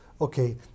okay